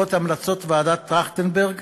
בעקבות המלצות ועדת טרכטנברג,